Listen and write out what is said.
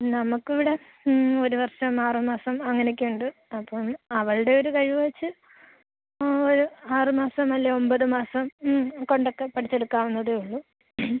നമുക്ക് ഇവിടെ ഒരു വർഷം ആറ് മാസം അങ്ങനെയൊക്കെ ഉണ്ട് അപ്പം അവളുടെ ഒരു കഴിവ് വെച്ച് ആ ഒരു ആറ് മാസം അല്ലെങ്കിൽ ഒമ്പത് മാസം മ്മ് കൊണ്ടൊക്കെ പഠിച്ച് എടുക്കാവുന്നതേ ഉള്ളൂ